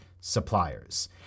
suppliers